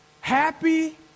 Happy